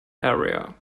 area